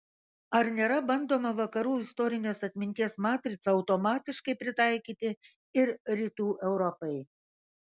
ar nėra bandoma vakarų istorinės atminties matricą automatiškai pritaikyti ir rytų europai